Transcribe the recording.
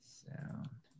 sound